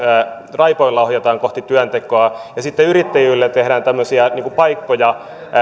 raipoilla ohjataan kohti työntekoa ja sitten yrittäjille tehdään tämmöisiä paikkoja